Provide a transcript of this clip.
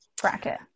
bracket